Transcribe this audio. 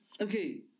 okay